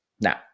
now